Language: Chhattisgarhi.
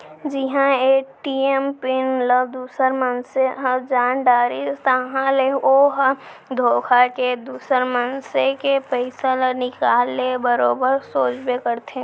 जिहां ए.टी.एम पिन ल दूसर मनसे ह जान डारिस ताहाँले ओ ह धोखा देके दुसर मनसे के पइसा ल निकाल के बरोबर सोचबे करथे